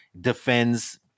defends